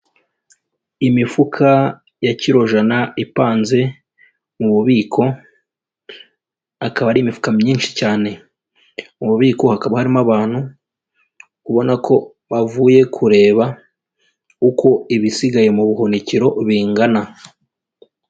Imifuka ya kiro jana ipanze mu bubiko, akaba ari imifuka myinshi cyane, mu bubiko hakaba harimo abantu, ubona ko bavuye kureba uko ibisigaye mu buhunikiro bingana.